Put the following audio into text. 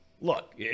look